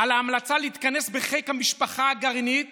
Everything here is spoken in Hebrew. על ההמלצה להתכנס בחיק המשפחה הגרעינית